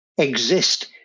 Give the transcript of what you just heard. exist